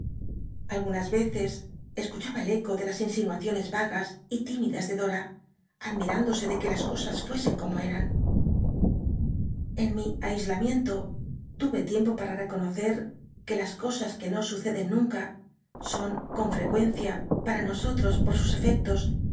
algunas veces escuchaba el eco de las insinuaciones vagas y ti midas de dora admirándose de que las cosas fuesen como eran biblioteca nacional de españa dayid coppehfjeld en mi aislan tienlo tuye licmpo para rcronocer que las cosas que no suceden nunca son con fnlcucncia pam nosotros por sus efectos